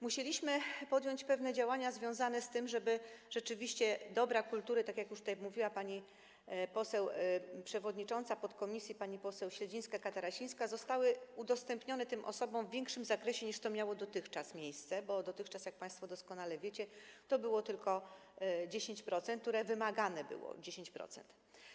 Musieliśmy podjąć pewne działania związane z tym, żeby rzeczywiście dobra kultury, tak jak już tutaj mówiła przewodnicząca podkomisji, pani poseł Śledzińska-Katarasińska, zostały udostępnione tym osobom w większym zakresie, niż to miało miejsce dotychczas, bo dotychczas, jak państwo doskonale wiecie, było to tylko 10%, które było wymagane, 10%.